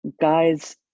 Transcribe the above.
guys